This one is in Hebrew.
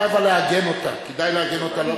אבל כדאי לעגן אותה, כדאי לעגן אותה.